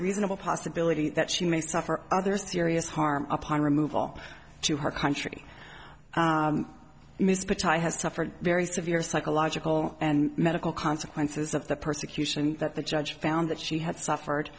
reasonable possibility that she may suffer other serious harm upon removal to her country has suffered very severe psychological and medical consequences of the persecution that the judge found that she had suffered